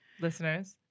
listeners